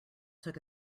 took